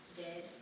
dead